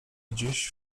gdzieś